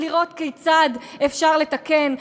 לראות כיצד אפשר לתקן.